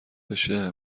بشه